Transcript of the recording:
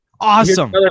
Awesome